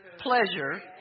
pleasure